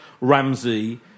Ramsey